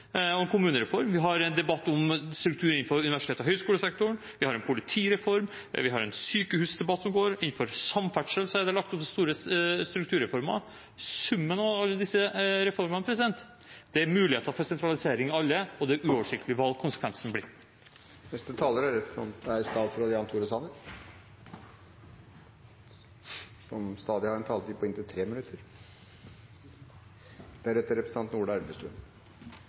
en kommunereform, vi har en debatt om strukturen innenfor universitets- og høyskolesektoren, vi har en politireform, vi har en sykehusdebatt som går, og innenfor samferdsel er det lagt opp til store strukturreformer. Summen av alle disse reformene – det er muligheter for sentralisering ved alle, og det er uoversiktlig hva konsekvensen blir. Etter åtte år med reformtørke er